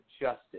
justice